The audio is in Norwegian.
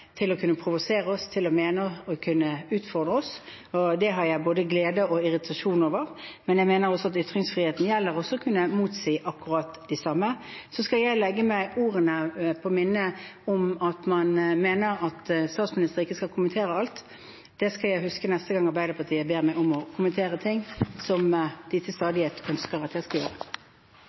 til å kunne provosere oss, til å mene og å kunne utfordre oss. Det opplever jeg både glede og irritasjon over. Men jeg mener at ytringsfriheten også gjelder det å kunne motsi akkurat det samme. Så skal jeg legge meg på minne ordene om at man mener at en statsminister ikke skal kommentere alt. Det skal jeg huske neste gang Arbeiderpartiet ber meg om å kommentere ting, som de til stadighet ønsker at jeg skal gjøre.